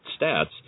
stats